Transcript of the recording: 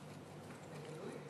בגלוי?